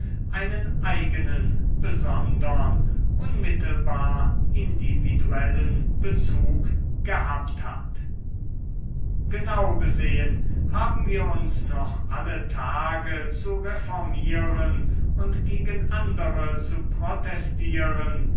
einen eigenen besondern unmittelbar individuellen bezug gehabt hat genau besehen haben wir uns noch alle tage zu reformieren und gegen andere zu protestieren